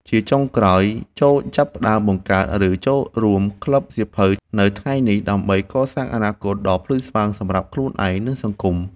ជាចុងក្រោយ ចូរចាប់ផ្ដើមបង្កើត ឬចូលរួមក្លឹបសៀវភៅនៅថ្ងៃនេះ ដើម្បីកសាងអនាគតដ៏ភ្លឺស្វាងសម្រាប់ខ្លួនឯង និងសង្គម។